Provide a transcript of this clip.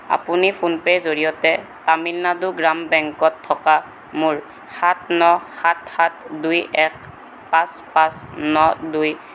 আপুনি ফোনপে'ৰ জৰিয়তে তামিলনাডু গ্ৰাম বেংকত থকা মোৰ সাত ন সাত সাত দুই এক পাঁচ পাঁচ ন দুই